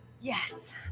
Yes